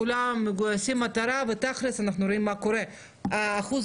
כולם מגויסי מטרה ותכלס אנחנו רואים מה קורה, אחוז